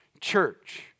church